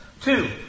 Two